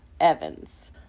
Evans